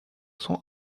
sont